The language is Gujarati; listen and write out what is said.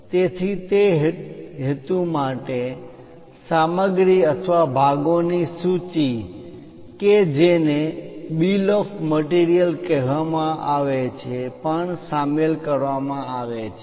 તેથી તે હેતુ માટે સામગ્રી અથવા ભાગો ની સૂચિ કે જેને બિલ ઓફ મટીરીઅલ કહેવામાં આવે છે પણ શામેલ કરવામાં આવે છે